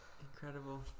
Incredible